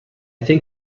think